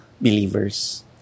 believers